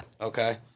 Okay